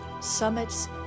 summits